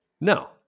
No